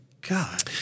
God